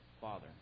Father